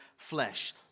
flesh